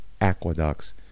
aqueducts